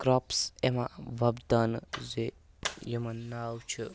crops یِوان وۄبداونہٕ زِ یِمَن ناو چھُ